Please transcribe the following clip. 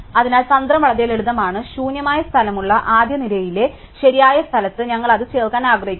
അതിനാൽ തന്ത്രം വളരെ ലളിതമാണ് ശൂന്യമായ സ്ഥലമുള്ള ആദ്യ നിരയിലെ ശരിയായ സ്ഥലത്ത് ഞങ്ങൾ അത് ചേർക്കാൻ ആഗ്രഹിക്കുന്നു